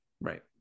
Right